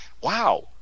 Wow